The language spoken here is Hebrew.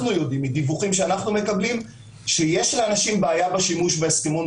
אנחנו יודעים מדיווחים שאנחנו מקבלים שיש לאנשים בעיה בשימוש בהסכמון,